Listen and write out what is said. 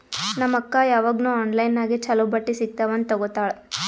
ನಮ್ ಅಕ್ಕಾ ಯಾವಾಗ್ನೂ ಆನ್ಲೈನ್ ನಾಗೆ ಛಲೋ ಬಟ್ಟಿ ಸಿಗ್ತಾವ್ ಅಂತ್ ತಗೋತ್ತಾಳ್